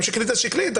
אם שקלית אז שקלית,